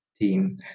team